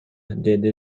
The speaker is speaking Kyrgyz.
деди